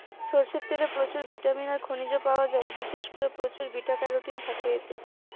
সরষের তেলে প্রচুর ভিটামিন আর খনিজ পায়া যায়, বিশেষ কোরে প্রচুর বিটা ক্যারোটিন থাকে এতে